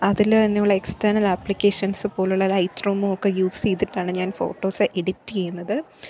അതില് തന്നെയുള്ള external applications പോലുള്ള ലൈറ്റ് റൂമുമൊക്കെ യൂസെയ്തിട്ടാണ് ഞാൻ ഫോട്ടോസ് എഡിറ്റ് ചെയ്യുന്നത്